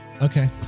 Okay